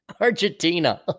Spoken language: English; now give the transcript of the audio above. Argentina